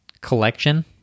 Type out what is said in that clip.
collection